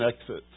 exits